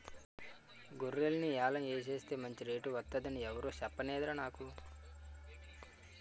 గొర్రెల్ని యాలం ఎసేస్తే మంచి రేటు వొత్తదని ఎవురూ సెప్పనేదురా నాకు